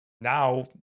Now